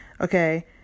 Okay